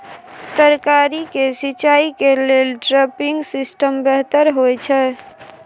तरकारी के सिंचाई के लेल ड्रिपिंग सिस्टम बेहतर होए छै?